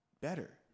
better